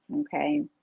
okay